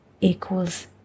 equals